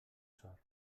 sort